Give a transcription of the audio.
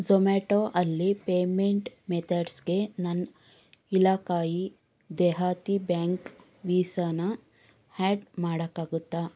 Zomato ಅಲ್ಲಿ payment ಮೆಥಡ್ಸ್ಗೆ ನನ್ನ ಇಲಾಖಾ ಇ ದೇಹಾತಿ ಬ್ಯಾಂಕ್ ವೀಸಾನ ಆ್ಯಡ್ ಮಾಡೋಕ್ಕಾಗುತ್ತಾ